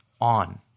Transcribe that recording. on